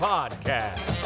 Podcast